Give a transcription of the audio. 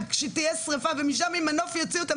כשתהיה שריפה ומשם עם מנוף יוציאו אותם,